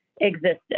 existed